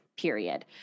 period